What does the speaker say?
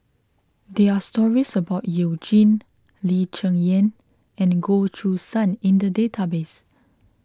there are stories about You Jin Lee Cheng Yan and Goh Choo San in the database